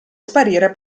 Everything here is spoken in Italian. sparire